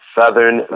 southern